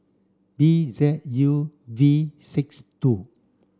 B Z U V six two